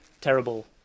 terrible